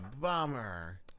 bummer